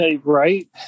Right